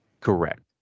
Correct